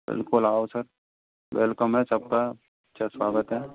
बिल्कुल आओ sir welcome है सबका अच्छा स्वागत है